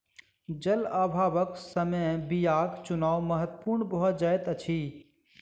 जल अभावक समय बीयाक चुनाव महत्पूर्ण भ जाइत अछि